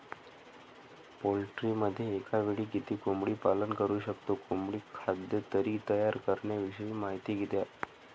पोल्ट्रीमध्ये एकावेळी किती कोंबडी पालन करु शकतो? कोंबडी खाद्य घरी तयार करण्याविषयी माहिती द्या